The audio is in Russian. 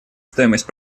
стоимость